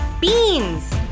Beans